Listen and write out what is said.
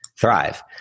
thrive